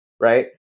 right